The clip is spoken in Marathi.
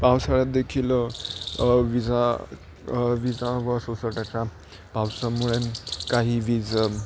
पावसाळ्यात देखील विजा विजा व सोसाट्याच्या पावसामुळे काही वीज